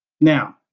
now